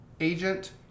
agent